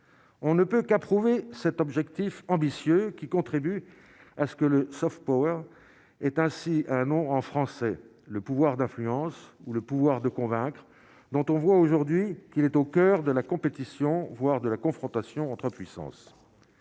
on ne peut qu'approuver cet objectif ambitieux qui contribue à ce que le soft power est ainsi un nom en français, le pouvoir d'influence ou le pouvoir de convaincre dont on voit aujourd'hui qu'il est au coeur de la compétition, voire de la confrontation entre puissances,